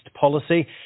Policy